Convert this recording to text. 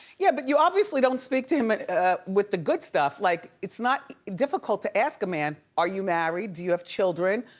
yeah, but you obviously don't speak to him with the good stuff. like it's not difficult to ask a man, are you married, do you have children?